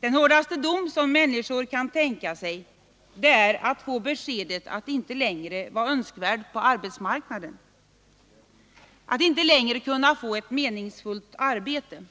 Den hårdaste dom många människor kan tänka sig är att få beskedet att inte längre vara önskvärd på arbetsmarknaden — att inte längre kunna få ett meningsfullt arbete.